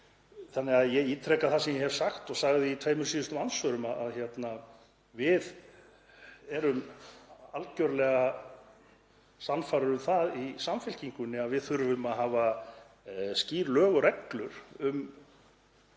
þess. Ég ítreka það sem ég hef sagt og sagði í tveimur síðustu andsvörum að við erum algerlega sannfærð um það í Samfylkingunni að við þurfum að hafa skýr lög og reglur um